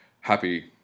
happy